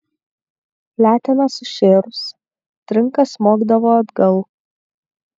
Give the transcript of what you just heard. letena sušėrus trinka smogdavo atgal